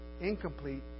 incomplete